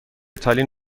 تالین